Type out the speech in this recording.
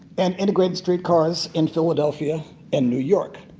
and integrated street cars in philadelphia and new york.